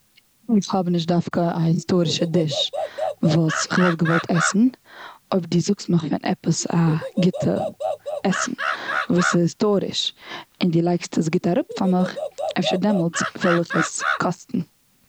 איך האב נישק דוקא א היסטארישע דיש וואס כ'וואלט געוואלט עסן. אויב די זאגסט מיך פון עפעס א עסן וואס איז היסטאריש און די לייגסט עס גוט אראפ פאר מיך, אפשר דעמאלץ וויל איך עס קאסטן.